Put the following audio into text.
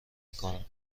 میکنم